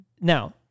Now